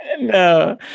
No